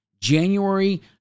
January